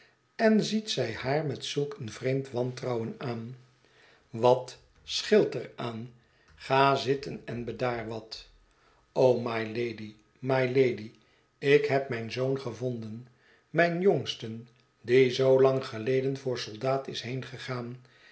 en ziet zij haar met zulk een vreemd wantrouwen aan wat scheelt er aan ga zitten en bedaar wat o mylady mylady ik heb mijn zoon gevonden mijn jongsten die zoo lang geleden voor soldaat is